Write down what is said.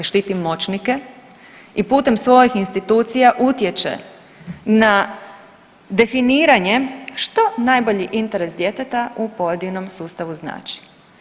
Štiti moćnike i putem svojih institucija utječe na definiranje što najbolji interes djeteta u pojedinom sustavu znači.